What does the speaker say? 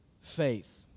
faith